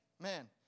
Man